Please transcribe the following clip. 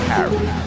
Harry